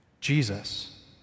Jesus